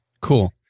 Cool